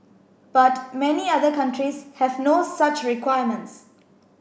but many other countries have no such requirements